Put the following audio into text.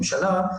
ממשלה,